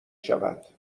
شود